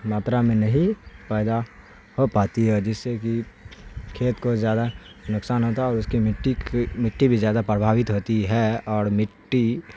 ماترا میں نہیں پیدا ہو پاتی ہے جس سے کہ کھیت کو زیادہ نقصان ہوتا ہے اور اس کی مٹی کی مٹی بھی زیادہ پربھاوت ہوتی ہے اور مٹی